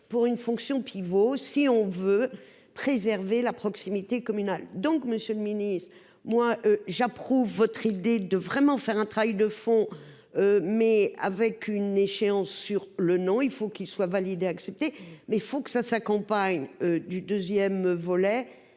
pour une fonction pivot, si on veut préserver la proximité communal donc Monsieur le Ministre, moi j'approuve votre idée de vraiment faire un travail de fond. Mais avec une échéance sur le nom il faut qu'il soit validé accepté mais faut que ça s'accompagne du 2ème volet